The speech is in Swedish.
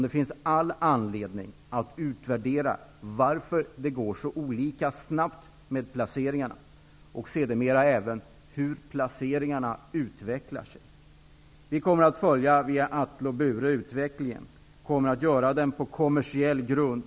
Det finns all anledning att utvärdera varför det går olika snabbt med placeringarna, och sedermera skall även en utvärdering ske av hur placeringarna utvecklar sig. Vi kommer att följa utvecklingen via Atle och Bure. Den skall ske på kommersiell grund.